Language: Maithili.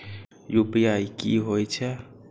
यू.पी.आई की होई छै?